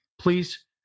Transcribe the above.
please